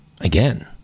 again